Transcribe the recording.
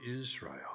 Israel